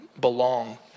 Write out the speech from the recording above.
belong